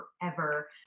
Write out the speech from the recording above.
forever